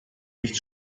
nicht